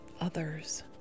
others